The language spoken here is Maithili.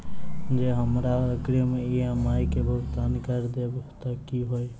जँ हमरा अग्रिम ई.एम.आई केँ भुगतान करऽ देब तऽ कऽ होइ?